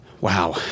Wow